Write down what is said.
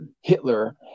Hitler